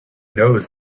knows